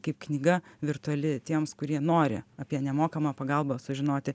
kaip knyga virtuali tiems kurie nori apie nemokamą pagalbą sužinoti